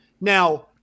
Now